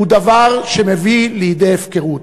הוא דבר שמביא לידי הפקרות.